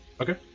Okay